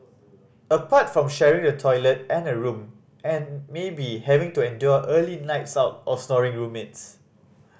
apart from sharing the toilet and a room and maybe having to endure early lights out or snoring roommates